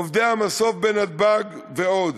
עובדי המסוף בנתב"ג ועוד.